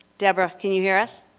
deborah, can you hear us?